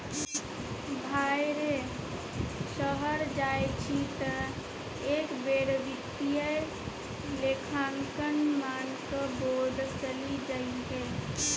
भाय रे शहर जाय छी तँ एक बेर वित्तीय लेखांकन मानक बोर्ड चलि जइहै